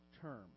term